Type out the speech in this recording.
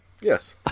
Yes